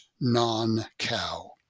non-cow